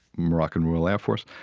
moroccan royal air force.